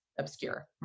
obscure